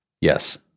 Yes